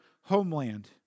homeland